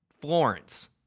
Florence